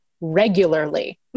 regularly